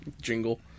jingle